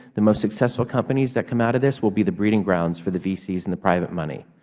the most successful companies that come out of this will be the breeding grounds for the vcs and the private money.